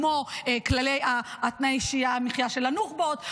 כמו תנאי המחיה של הנוח'בות,